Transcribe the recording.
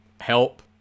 help